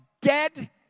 dead